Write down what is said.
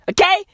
Okay